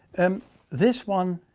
um this one,